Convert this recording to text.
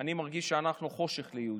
אני מרגיש שאנחנו חושך ליהודים.